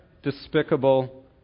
despicable